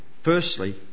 Firstly